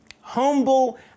Humble